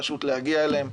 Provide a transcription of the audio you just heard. פשוט להגיע אליהם.